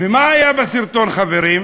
ומה היה בסרטון, חברים?